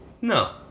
no